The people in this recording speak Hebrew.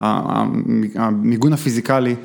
המיגון הפיזיקלי.